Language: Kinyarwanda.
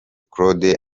claude